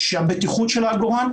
שהבטיחות של העגורן,